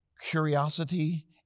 curiosity